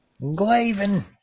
Glavin